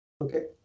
okay